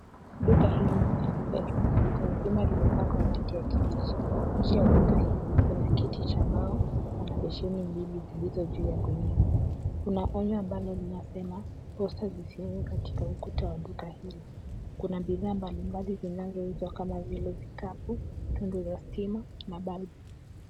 Duka hili ni la M-Pesa. Duka nzima limepakwa rangi ya kibichi. Nje ya duka hii kuna kiti cha mbao, kuna besheni mbili zilizo juu ya gunia. Kuna onyo ambalo linalosema poster zisiwekwe katika ukuta wa duka hili. Kuna bidhaa mbali mbali zinazouzwa kama vile vitabu, tundu la stima na balbu.